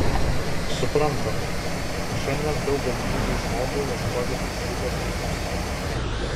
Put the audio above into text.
suprantama šiandien daug galimybių žmogui ieškoti teisybės teismuose